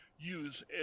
use